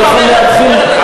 אני לא יכול להתחיל להצביע.